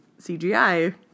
CGI